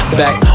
back